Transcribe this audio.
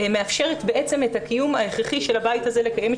שמאפשרת את הקיום ההכרחי של הבית הזה לקיים את